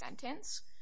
sentence